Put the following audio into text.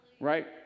right